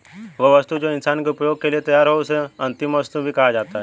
वह वस्तु जो इंसान के उपभोग के लिए तैयार हो उसे अंतिम वस्तु भी कहा जाता है